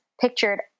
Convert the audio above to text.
pictured